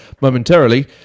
momentarily